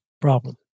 problem